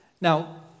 Now